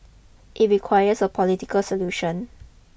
it requires a political solution